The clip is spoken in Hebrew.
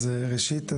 אז ראשית,